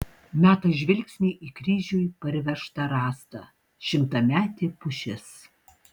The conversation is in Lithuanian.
meta žvilgsnį į kryžiui parvežtą rąstą šimtametė pušis